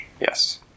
Yes